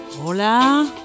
hola